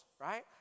right